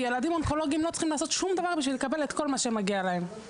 ילדים אונקולוגים לא צריכים לעשות שום דבר כדי לקבל את כל המגיע להם,